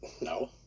no